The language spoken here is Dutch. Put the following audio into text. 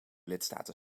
lidstaten